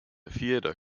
theater